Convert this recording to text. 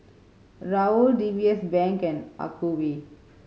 Raoul D B S Bank and Acuvue